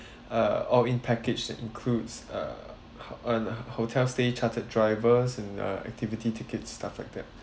uh all in package that includes uh um hotel stay chartered drivers and uh activity tickets stuff like that